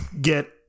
get